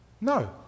no